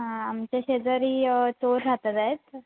हां आमच्या शेजारी चोर राहतात आहेत